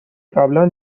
قبلا